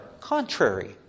contrary